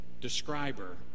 Describer